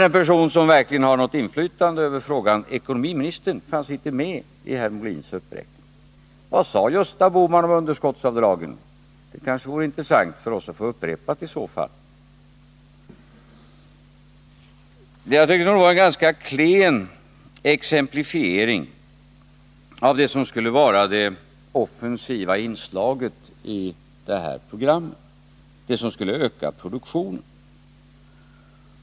En person som verkligen har något inflytande i frågan, ekonomiministern, fanns inte med i herr Molins uppräkning. Vad sade Gösta Bohman om underskottsavdragen? Det vore kanske intressant för oss att få det upprepat. Jag tycker att det var en ganska klen exemplifiering av vad som skulle vara det offensiva inslaget i det här programmet — det som skulle öka produktionen.